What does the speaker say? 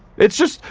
it's just,